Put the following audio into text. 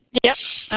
yes,